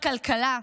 בכלכלה,